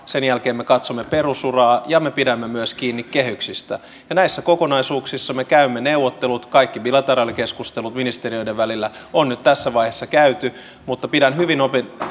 sen jälkeen me katsomme perusuraa ja me pidämme myös kiinni kehyksistä näissä kokonaisuuksissa me käymme neuvottelut kaikki bilateraalikeskustelut ministeriöiden välillä on nyt tässä vaiheessa käyty mutta pidän hyvin